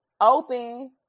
open